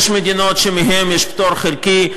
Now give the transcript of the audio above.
יש מדינות שמהן יש פטור חלקי,